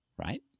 right